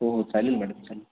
हो हो चालेल मॅडम चालेल